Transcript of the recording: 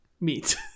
Meat